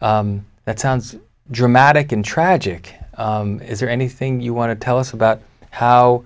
that sounds dramatic and tragic is there anything you want to tell us about how